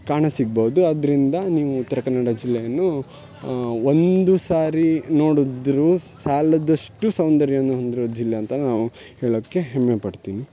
ಕಾಣಸಿಗ್ಬಹ್ದು ಆದ್ದರಿಂದ ನೀವು ಉತ್ತರ ಕನ್ನಡ ಜಿಲ್ಲೆಯನ್ನು ಒಂದು ಸಾರಿ ನೋಡಿದ್ರೂ ಸಾಲದಷ್ಟು ಸೌಂದರ್ಯವನ್ನು ಹೊಂದಿರುವ ಜಿಲ್ಲೆ ಅಂತ ನಾವು ಹೇಳಕ್ಕೆ ಹೆಮ್ಮೆಪಡ್ತೀನಿ